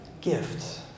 gift